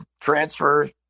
transfer –